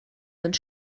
sind